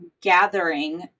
gathering